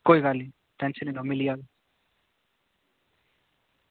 कोई गल्ल निं टेंशन निं लैयो मिली जाह्ग